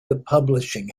publishing